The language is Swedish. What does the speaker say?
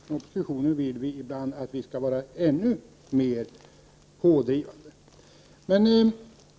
Inom oppositionen vill vi att Sverige skall vara ännu mer pådrivande.